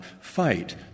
fight